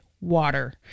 water